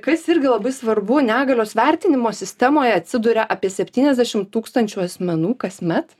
kas irgi labai svarbu negalios vertinimo sistemoje atsiduria apie septyniasdešim tūkstančių asmenų kasmet